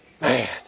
Man